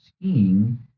skiing